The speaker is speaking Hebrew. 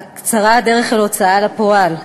קצרה הדרך אל ההוצאה לפועל.